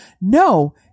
no